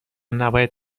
نباید